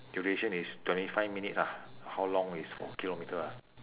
duration is twenty five minutes ah how long is four kilometre ah